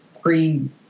green